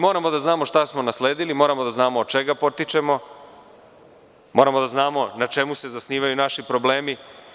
Moramo da znamo šta smo nasledili, moramo da znamo od čega potičemo i moramo da znamo na čemu se zasnivaju naši problemi.